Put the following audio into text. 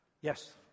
Yes